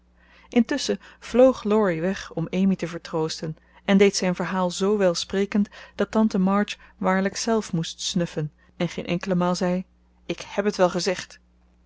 intusschen vloog laurie weg om amy te vertroosten en deed zijn verhaal z welsprekend dat tante march waarlijk zelf moest snuffen en geen enkele maal zei ik heb het wel gezegd